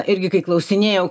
irgi kai klausinėjau